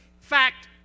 fact